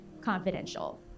confidential